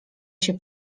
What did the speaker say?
się